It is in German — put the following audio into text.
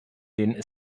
den